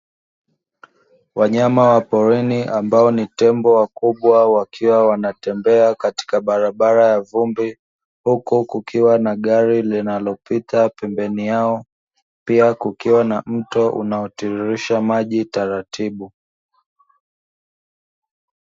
Wanyama wa porini ambao ni tembo wakubwa wakiwa wanatembea katika barabara ya vumbi, huku kukiwa na gari linalopita pembeni yao, pia kukiwa na mto unaotiririsha maji taratibu.